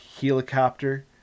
helicopter